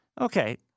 Okay